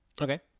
Okay